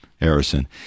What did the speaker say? Harrison